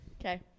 Okay